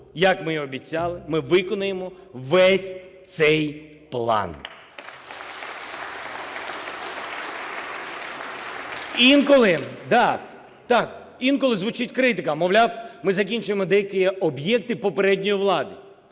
як ми і обіцяли, ми виконаємо весь цей план. Інколи, так, інколи звучить критика, мовляв, ми закінчуємо деякі об'єкти попередньої влади.